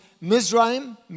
Mizraim